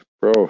bro